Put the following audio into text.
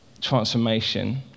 transformation